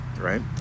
right